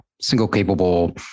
single-capable